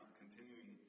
continuing